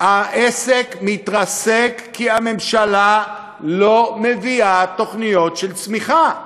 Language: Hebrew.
העסק מתרסק כי הממשלה לא מביאה תוכניות של צמיחה.